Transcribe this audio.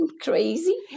crazy